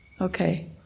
Okay